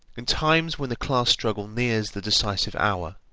in times when the class struggle nears the decisive hour,